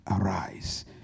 arise